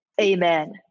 Amen